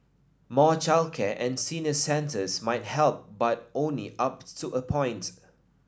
more childcare and senior centres might help but only up to a point